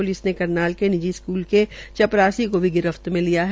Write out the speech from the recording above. police ने करनाल के निजी स्कूल के चपरासी को भी गिरफ्त में लिया है